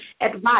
advice